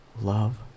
Love